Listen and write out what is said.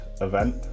event